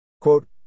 Quote